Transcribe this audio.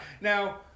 Now